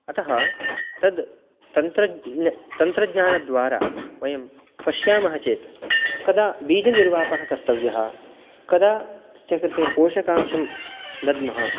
अतः तत् तन्त्रज्ञानद्वारा वयं पश्यामः चेत् कदा बीजनिर्वापः कर्तव्यः कदा तस्य कृते पोषकांशः दद्मः